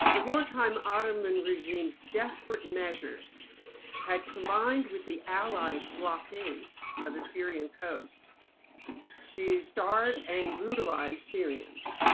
the wartime ottoman regimes desperate measures had combined with the allies' blockade of the syrian coast to starve and brutalize syrians.